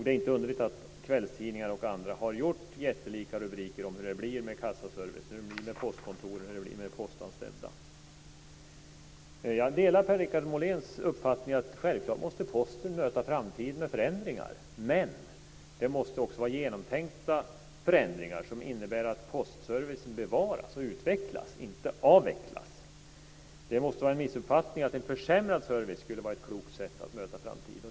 Det är inte underligt att kvällstidningar och andra har haft jättelika rubriker om hur det blir med kassaservicen, med postkontoren och med de postanställda. Jag delar Per-Richard Moléns uppfattning att Posten självfallet måste möta framtiden med förändringar. Men det måste också vara genomtänkta förändringar som innebär att postservicen bevaras och utvecklas, inte avvecklas. Det måste vara en missuppfattning att en försämrad service skulle vara ett klokt sätt att möta framtiden.